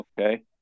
Okay